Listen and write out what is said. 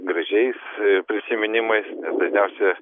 gražiais prisiminimais dažniausia